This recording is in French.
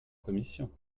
commission